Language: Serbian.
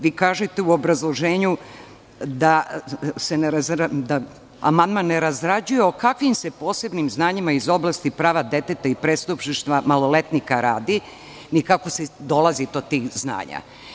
Vi kažete u obrazloženju da amandman ne razrađuje o kakvim se posebnim znanjima iz oblasti prava deteta i prestupništva maloletnika radi, ni kako se dolazi do tih znanja.